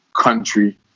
country